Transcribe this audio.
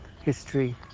history